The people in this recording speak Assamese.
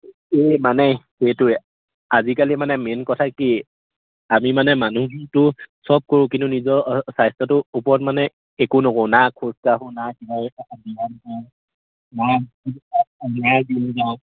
এই মানে সেইটোৱে আজিকালি মানে মেইন কথা কি আমি মানে মানুহটো চব কৰোঁ কিন্তু নিজৰ স্বাস্থ্যটোৰ ওপৰত মানে একো নকওঁ না খোজকাঢ়োঁ না কিবা নাই